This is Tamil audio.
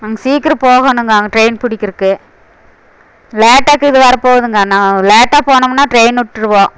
கொஞ்சம் சீக்கிரம் போகணுங்க அங்கே ட்ரெயின் புடிக்கிறதுக்கு லேட்டாகுது வரப்போகுதுங்க நான் லேட்டாக போனோம்னா ட்ரெயினை விட்ருவோம்